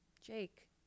Jake